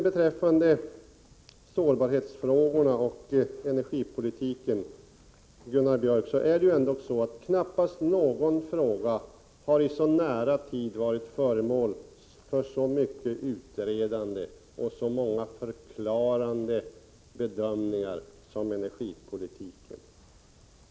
Beträffande sårbarhetsfrågorna och energipolitiken, Gunnar Björk i Gävle, så har knappast någon fråga under senare tid varit föremål för så mycket utredande och så många förklarande bedömningar som energipolitiken.